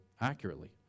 accurately